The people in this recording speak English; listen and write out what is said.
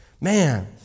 man